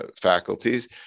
faculties